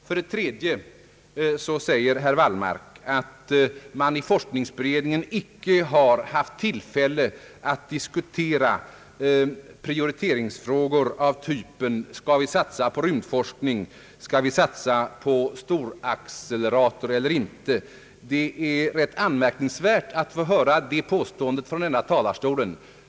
För det tredje säger herr Wallmark, att man i forskningsberedningen icke har haft tillfälle att diskutera prioriteringsfrågor av typen: skall vi satsa på rymdforskning, skall vi satsa på en storaccelerator eller inte? Det är rätt anmärkningsvärt att få höra ett sådant påstående från denna talarstol.